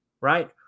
right